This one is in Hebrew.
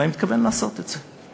ואני מתכוון לעשות את זה.